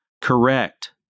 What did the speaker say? Correct